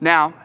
Now